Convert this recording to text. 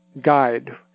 guide